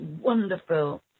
wonderful